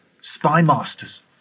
spymasters